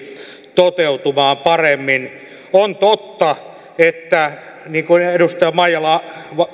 toteutumaan paremmin on totta niin kuin edustaja maijala